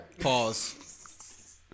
Pause